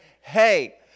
hey